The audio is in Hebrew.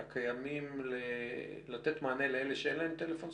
הקיימים לתת מענה לאלה שאין להם טלפונים סלולרים?